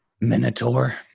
Minotaur